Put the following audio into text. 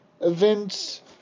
events